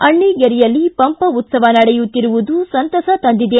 ಅಣ್ಣಿಗೇರಿಯಲ್ಲಿ ಪಂಪ ಉತ್ಲವ ನಡೆಯುತ್ತಿರುವದು ಸಂತಸ ತಂದಿದೆ